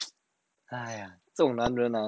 !aiya! 这种男人 hor